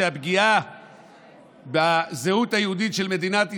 שהפגיעה בזהות היהודית של מדינת ישראל,